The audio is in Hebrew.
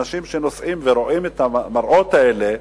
אנשים שנוסעים ורואים את המראות האלה,